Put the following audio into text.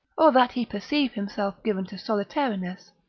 or that he perceive himself given to solitariness,